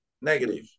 negative